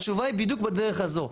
התשובה היא בדיוק בדרך הזו,